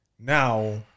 now